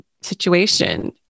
situation